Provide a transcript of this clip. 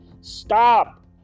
Stop